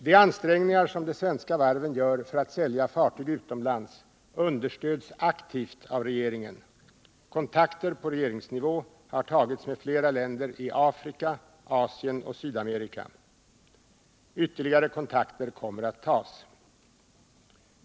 De ansträngningar som de svenska varven gör för att sälja fartyg utomlands understöds aktivt av regeringen. Kontakter på regeringsnivå har tagits med flera länder i Afrika, Asien och Sydamerika. Ytterligare kontakter kommer att tas.